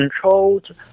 controlled